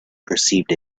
perceived